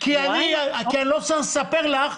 כי אני לא צריך לספר לך,